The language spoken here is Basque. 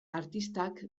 artistak